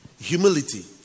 humility